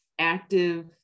active